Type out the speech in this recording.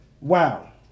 Wow